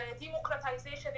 democratization